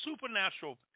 supernatural